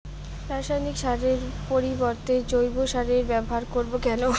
রাসায়নিক সারের পরিবর্তে জৈব সারের ব্যবহার করব কেন?